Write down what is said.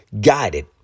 guided